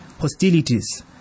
hostilities